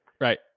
Right